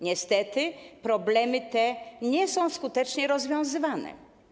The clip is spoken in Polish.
Niestety problemy te nie są skutecznie rozwiązywane.